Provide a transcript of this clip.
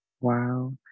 wow